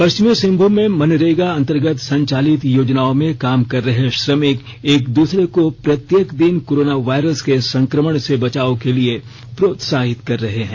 पश्चिमी सिंहभूम में मनरेगा अंतर्गत संचालित योजनाओं में काम कर रहे श्रमिक एक दूसरे को प्रत्येक दिन कोरोना वायरस के संकमण से बचाव के लिए प्रोत्साहित कर रहे हैं